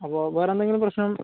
അപ്പോൾ വേറെ എന്തെങ്കിലും പ്രശ്നം